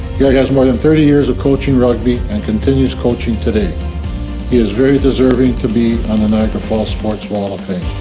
yeah he has more then thirty years of coaching rugby and continues coaching today. he is very deserving to be on the niagara falls sports wall of fame.